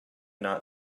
not